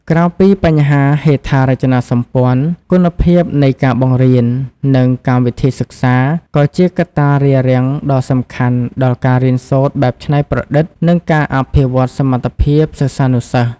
ក្រៅពីបញ្ហាហេដ្ឋារចនាសម្ព័ន្ធ គុណភាពនៃការបង្រៀន និងកម្មវិធីសិក្សា ក៏ជាកត្តារារាំងដ៏សំខាន់ដល់ការរៀនសូត្របែបច្នៃប្រឌិត និងការអភិវឌ្ឍសមត្ថភាពសិស្សានុសិស្ស។